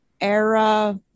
era